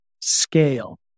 scale